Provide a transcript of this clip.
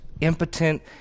impotent